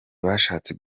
bashatse